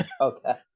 okay